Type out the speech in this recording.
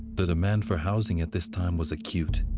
the demand for housing at this time was acute.